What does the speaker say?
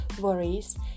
worries